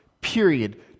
Period